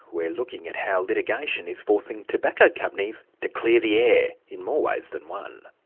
we're looking at how litigation is forcing tobacco companies to clear the air, in more ways than one.